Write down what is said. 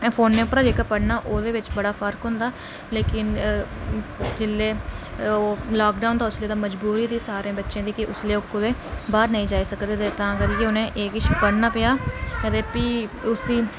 फोने उप्परा जेह्का पढ़ना ओह्दे बिच बड़ा फर्क होंदा लेकिन जेल्लै लाकडाउन हा उसलै ते मजबूरी ही सारे बच्चें दी कि उसलै बाह्र नेईं जाई सकदे ते तां करियै उ'नें एह् किश पढ़ना पेआ अदे प्ही उसी